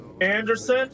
Anderson